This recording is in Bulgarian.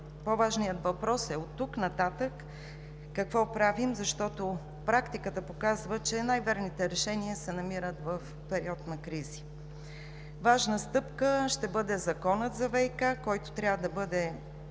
По-важният въпрос е: оттук нататък какво правим, защото практиката показва, че най-верните решения се намират в период на кризи? Важна стъпка ще бъде Законът за ВиК, който, както вече